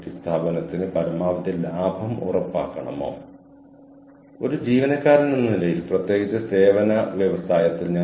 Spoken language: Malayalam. കൂടാതെ ഒരുപാട് തവണയായുള്ള പരിശീലനത്തോടൊപ്പം അത് വന്നിരിക്കുന്നു